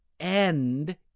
end